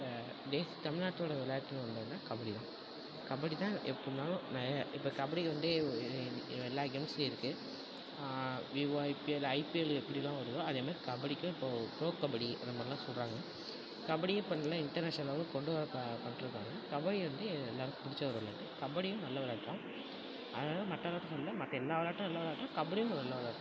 base தமிழ்நாட்டோட வெளையாட்டுன்னு வந்ததுன்னா கபடி தான் கபடி தான் எப்புடின்னாலும் நிறைய இப்போ கபடிக்கு வந்து எல்லா கேம்ஸ்லையும் இருக்குது விவோ ஐபிஎல் ஐபிஎல் எப்படிலாம் வருதோ அதே மாரி கபடிக்கும் இப்போது ப்ரோ கபடி இதை மாதிரிலாம் சொல்கிறாங்க கபடியை இப்போ நல்ல இன்டர்நேஷ்னல் லெவலுக்கு கொண்டு வரப் போறா பண்ணிட்ருக்காங்க கபடி வந்து எல்லோருக்கும் பிடிச்ச ஒரு விள்ளாட்டு கபடியும் நல்ல விள்ளாட்டு தான் அதனால் மற்ற விள்ளாட்டு சொல்லலை மற்ற எல்லா விள்ளாட்டும் நல்ல விள்ளாட்டு தான் கபடியும் ஒரு நல்ல விள்ளாட்டு